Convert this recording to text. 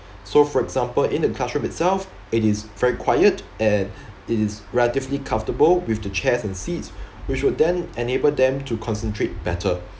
so for example in the classroom itself it is very quiet and it is relatively comfortable with the chairs and seats which would then enable them to concentrate better